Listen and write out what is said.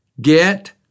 get